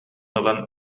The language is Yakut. ылан